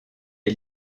est